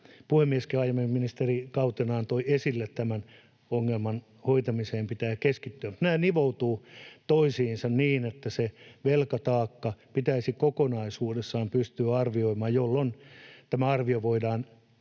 puhemieskin aiemmin ministerikautenaan toi esille, tämän ongelman hoitamiseen pitää keskittyä. Nämä kuitenkin nivoutuvat toisiinsa niin, että se velkataakka pitäisi kokonaisuudessaan pystyä arvioimaan, jolloin tässä arviossa voidaan todellisten